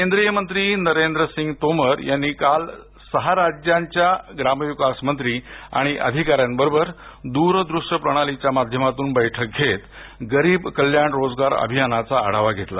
केंद्रीय मंत्री नरेंद्रसिंग तोमर यांनी काल सहा राज्यांच्या ग्रामविकास मंत्री आणि अधिकाऱ्यांबरोबर द्रदृष्य प्रणालीच्या माध्यमातून बैठक घेत गरीब कल्याण रोजगार अभियानाचा आढावा घेतला